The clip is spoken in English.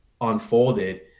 unfolded